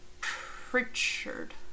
Pritchard